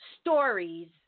stories